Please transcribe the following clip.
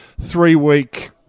three-week